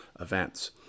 events